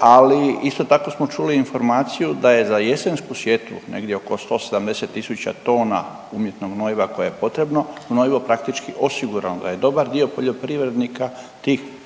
ali isto tako smo čuli informaciju da je za jesensku sjetvu negdje oko 170.000 tona umjetnog gnojiva koje je potrebno, gnojivo praktički osigurano, da je dobar dio poljoprivrednika te količine